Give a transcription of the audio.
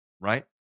right